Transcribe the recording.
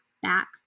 Back